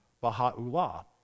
Baha'u'llah